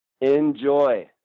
Enjoy